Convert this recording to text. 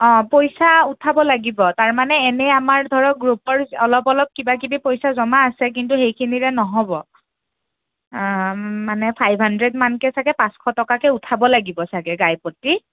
অঁ পইচা উঠাব লাগিব তাৰমানে এনেই আমাৰ ধৰক গ্ৰুপৰ অলপ অলপ কিবা কিবি পইচা জমা আছে কিন্তু সেইখিনিৰে নহ'ব অঁ মানে ফাইভ হাণ্ড্ৰেডমানকৈ চাগে পাঁচশ টকাকৈ উঠাব লাগিব চাগে গাইপতি